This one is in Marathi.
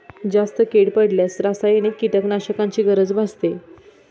जास्त कीड पडल्यास रासायनिक कीटकनाशकांची गरज भासते